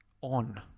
on